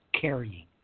carrying